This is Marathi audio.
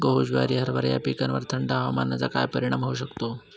गहू, ज्वारी, हरभरा या पिकांवर थंड हवामानाचा काय परिणाम होऊ शकतो?